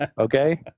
okay